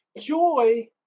joy